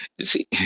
see